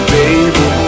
baby